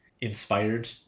inspired